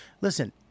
Listen